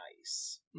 nice